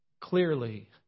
clearly